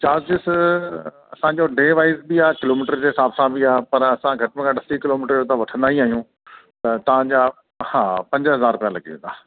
charges असांजो ॾे वाइस बि आहे किलोमीटर जे हिसाब सां बि आहे पर असां घटि में घटि असीं किलोमीटर त वठंदा ई आहियूं त तव्हां जा हा पंज हज़ार लॻी वेंदा